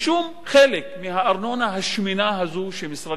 חלק מהארנונה השמנה הזאת של משרדי הממשלה,